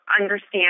understand